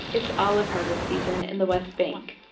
it's olive harvest season in the west bank.